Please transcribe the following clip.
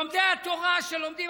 לומדי התורה שלומדים,